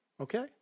okay